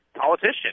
politician